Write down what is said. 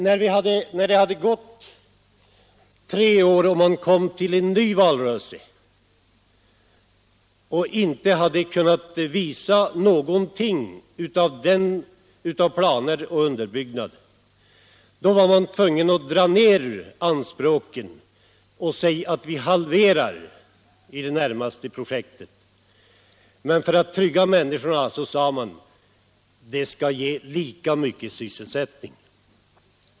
När det hade gått tre år och man inför en ny valrörelse inte kunde visa upp någonting av planer och underbyggnad, var man tvungen att dra ner anspråken och i det närmaste halvera projektet, men för att lugna människorna sade man: Det skall ge lika mycket sysselsättning!